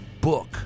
book